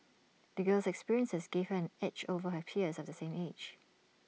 the girl's experiences gave her an edge over her peers of the same age